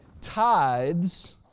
tithes